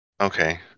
Okay